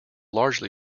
largely